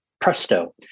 presto